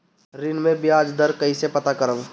ऋण में बयाज दर कईसे पता करब?